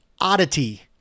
oddity